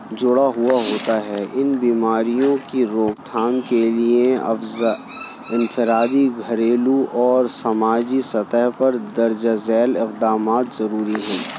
جڑا ہوا ہوتا ہے ان بیماریوں کی روک تھام کے لیے افزا انفرادی گھریلو اور سماجی سطح پر درج ذیل اقدامات ضروری ہیں